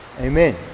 Amen